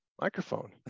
microphone